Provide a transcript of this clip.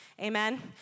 Amen